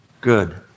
good